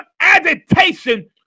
agitation